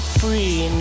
free